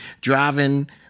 driving